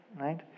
right